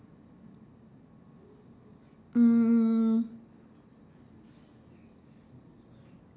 mm